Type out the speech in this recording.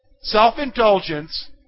Self-indulgence